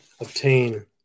obtain